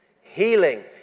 Healing